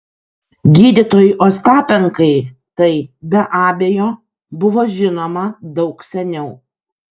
gydytojui ostapenkai tai be abejo buvo žinoma daug seniau